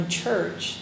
church